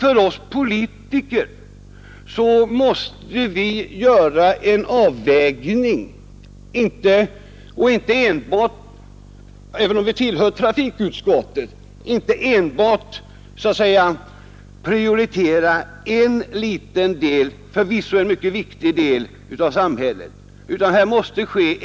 Men vi politiker måste — även vi som tillhör trafikutskottet — göra en avvägning och inte enbart prioritera en liten del av samhället, låt vara att den förvisso är mycket viktig.